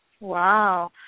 Wow